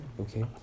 okay